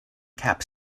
cap